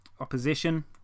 Opposition